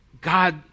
God